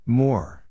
more